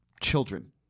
children